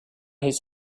his